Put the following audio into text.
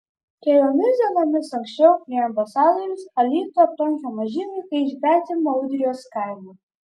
keliomis dienomis anksčiau nei ambasadorius alytų aplankė maži vaikai iš gretimo ūdrijos kaimo